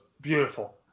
Beautiful